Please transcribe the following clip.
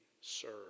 serve